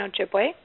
Ojibwe